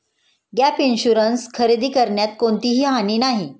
gap insurance खरेदी करण्यात कोणतीही हानी नाही